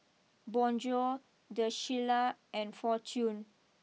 Bonjour the Shilla and Fortune